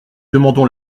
demandons